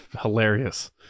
hilarious